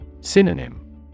Synonym